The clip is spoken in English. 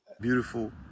beautiful